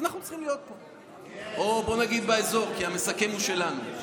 אנחנו צריכים להיות פה באזור, כי המסכם הוא שלנו.